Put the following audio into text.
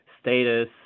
status